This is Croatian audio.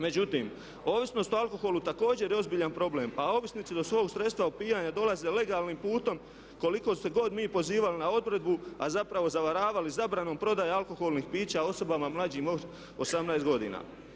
Međutim, ovisnost o alkoholu također je ozbiljan problem a ovisnici do svog sredstva opijanja dolaze legalnim putem koliko se god mi pozivali na odredbu a zapravo zavaravali zabranom prodaje alkoholnih pića osobama mlađim od 18 godina.